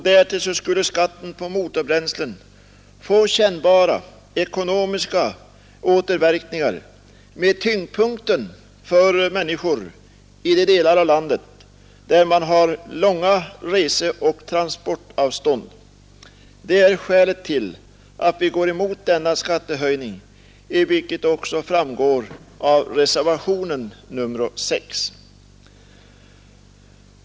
Därtill skulle skatten på motorbränslen få kännbara Den ekonomiska ekonomiska återverkningar med tyngdpunkten för människor i de delar politiken, m.m. av landet där man har långa reseoch transportavstånd, främst glesbygden. Det är skälet till att vi går emot denna skattehöjning, vilket också framgår av reservationen 6.